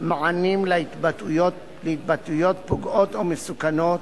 מענים להתבטאויות פוגעות או מסוכנות